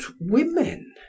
women